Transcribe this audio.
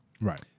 Right